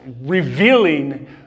revealing